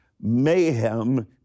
mayhem